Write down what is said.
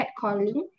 catcalling